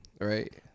right